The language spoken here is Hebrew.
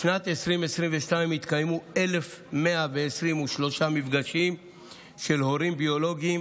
בשנת 2022 התקיימו 1,123 מפגשים של הורים ביולוגיים